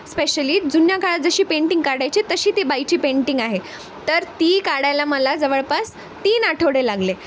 specially जुन्या काळात जशी पेंटिंग काढायचे तशी ती बाईची पेंटिंग आहे तर ती काढायला मला जवळपास तीन आठवडे लागले